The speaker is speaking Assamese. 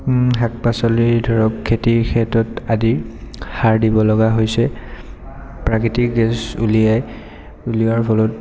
শাক পাচলি ধৰক খেতিৰ ক্ষেত্ৰত আদি সাৰ দিব লগা হৈছে প্ৰাকৃতিক গেছ উলিয়াই উলিওৱাৰ ফলত